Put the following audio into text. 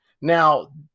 Now